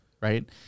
right